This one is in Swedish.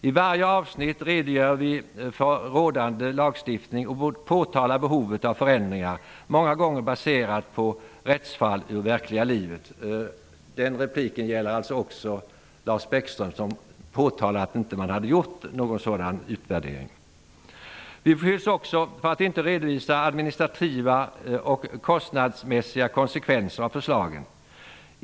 I varje avsnitt redogör vi för rådande lagstiftning och påtalar behovet av förändringar, många gånger baserade på rättsfall ur verkliga livet. Den repliken gäller också Lars Bäckström, som påtalar att man inte hade gjort någon sådan utvärdering. Vi beskylls också för att inte redovisa administrativa och kostnadsmässiga konsekvenser av förslagen.